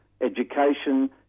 education